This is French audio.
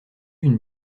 une